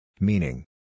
Meaning